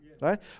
right